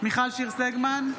מיכל שיר סגמן,